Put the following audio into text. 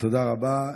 תודה רבה.